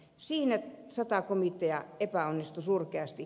siinä sata komitea epäonnistui surkeasti